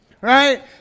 Right